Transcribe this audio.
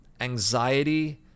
anxiety